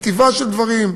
כתיבה של דברים,